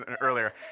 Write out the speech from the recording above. earlier